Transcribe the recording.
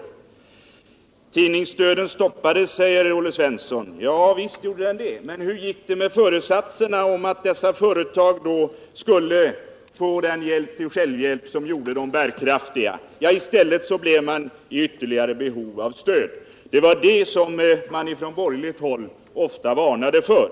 Tidningsdöden stoppades, säger Olle Svensson. Ja, visst, men hur gick det - med föresatserna att tidningsföretagen genom presstöd skulle få sådan hjälp till självhjälp att de skulle bli bärkraftiga? I stället fick de ytterligare behov av stöd, och det var det som man ofta på borgerligt håll varnade för.